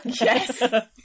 yes